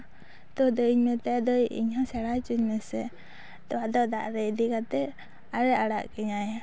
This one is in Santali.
ᱟᱫᱚ ᱫᱟᱹᱭᱤᱧ ᱢᱮᱛᱟᱭᱟ ᱫᱟᱹᱭ ᱤᱧᱦᱚᱸ ᱥᱮᱬᱟ ᱦᱚᱪᱚᱧ ᱢᱮᱥᱮ ᱛᱚ ᱟᱫᱚ ᱫᱟᱜ ᱨᱮ ᱤᱫᱤ ᱠᱟᱛᱮ ᱫᱟᱜ ᱨᱮ ᱟᱲᱟᱜ ᱠᱤᱧᱟᱭ